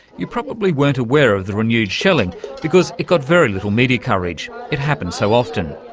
you probably weren't aware of the renewed shelling because it got very little media coverage, it happens so often.